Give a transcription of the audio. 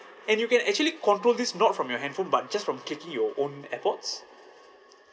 and you can actually control this not from your handphone but just from clicking your own airpods